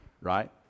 right